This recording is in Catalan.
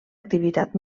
activitat